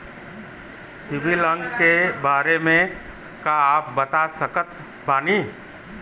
CIBIL अंक के बारे मे का आप बता सकत बानी?